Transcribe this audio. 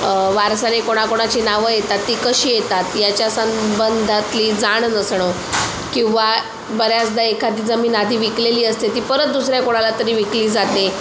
वारसाने कोणाकोणाची नावं येतात ती कशी येतात याच्या संबंधातली जाण नसणं किंवा बऱ्याचदा एखादी जमीन आधी विकलेली असते ती परत दुसऱ्या कोणाला तरी विकली जाते